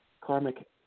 Karmic